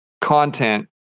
content